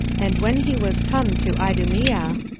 and when he was come to idumea,